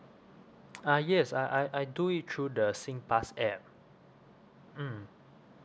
ah yes I I I do it through the SINGPASS app mm